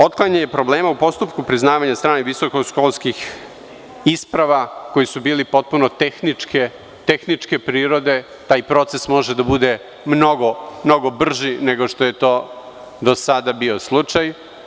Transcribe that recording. Otklanjanje problema u postupku priznavanja od strane visokoškolskih isprava koji su bili potpuno tehničke prirode, taj proces može da bude mnogo brži nego što je to do sada bio slučaj.